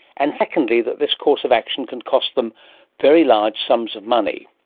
and secondly, that this course of action can cost them very large sums of money.